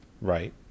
Right